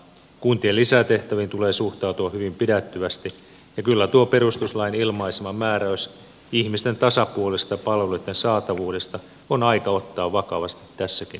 kuntien lisätehtäviin tulee suhtautua hyvin pidättyvästi ja kyllä tuo perustuslain ilmaisema määräys ihmisten tasapuolisesta palveluitten saatavuudesta on aika ottaa vakavasti tässäkin hallituksessa